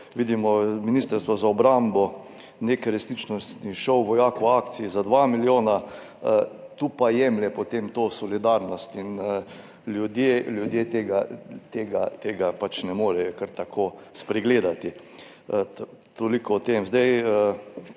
da ima Ministrstvo za obrambo nek resničnostni šov Vojak v akciji za 2 milijona. Tu pa se potem jemlje to solidarnost in ljudje tega pač ne morejo kar tako spregledati. Toliko o tem.